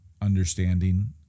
understanding